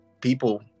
people